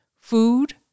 Food